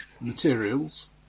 Materials